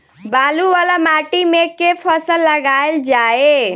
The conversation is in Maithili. बालू वला माटि मे केँ फसल लगाएल जाए?